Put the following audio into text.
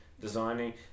designing